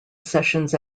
sessions